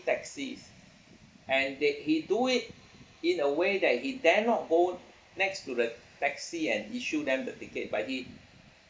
taxis and that he do it in a way that he dare not go next to the taxi and issue them the ticket but he